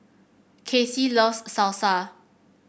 Kassie loves Salsa